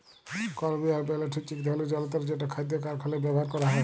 conveyor belt হছে ইক ধরলের জলতর যেট খাদ্য কারখালায় ব্যাভার ক্যরা হয়